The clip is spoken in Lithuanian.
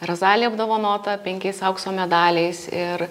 razalija apdovanota penkiais aukso medaliais ir